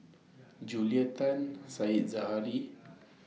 Julia Tan Said Zahari